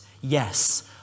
Yes